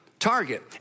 target